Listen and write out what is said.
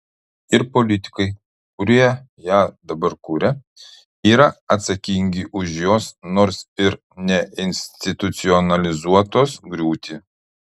ir politikai kurie ją dabar kuria yra atsakingi už jos nors ir neinstitucionalizuotos griūtį